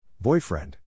Boyfriend